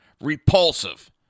repulsive